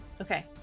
Okay